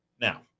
Now